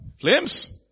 flames